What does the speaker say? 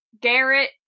Garrett